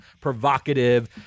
provocative